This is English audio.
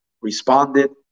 responded